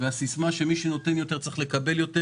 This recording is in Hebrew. והסיסמה שמי שנותן יותר צריך לקבל יותר